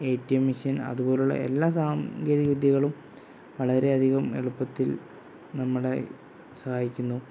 A T M machine അതുപോലെയുള്ള എല്ലാ സാങ്കേതിക വിദ്യകളും വളരെ അധികം എളുപ്പത്തിൽ നമ്മളെ സഹായിക്കുന്നു